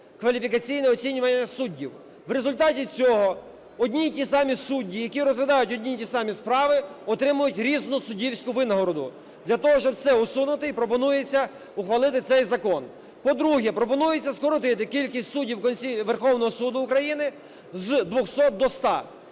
кваліфікаційне оцінювання суддів. В результаті цього одні і ті самі судді, які розглядають одні і ті самі справи отримують різну суддівську винагороду. Для того, щоб це усунути і пропонується ухвалити цей закон. По-друге, пропонується скоротити кількість суддів Верховного Суду України з 200 до 100.